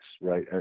right